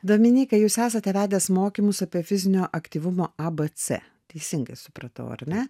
dominykai jūs esate vedęs mokymus apie fizinio aktyvumo a b c teisingai supratau ar ne